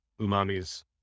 umami's